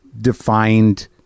defined